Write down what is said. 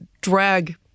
drag